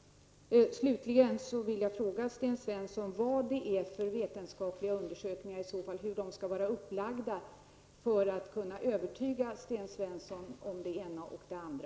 Slutligen vill jag fråga Sten Svensson hur de vetenskapliga undersökningarna skall vara upplagda för att kunna övertyga Sten Svensson om det ena och det andra.